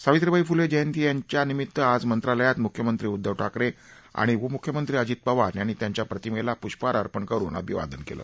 सावित्रीबाई फुले यांच्या जयंतीनिमित्त आज मंत्रालयात मुख्यमंत्री उद्दव ठाकरे आणि उपमुख्यमंत्री अजित पवार यांनी त्यांच्या प्रतिमेला पुष्पहार अर्पण करून अभिवादन केलं